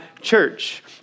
church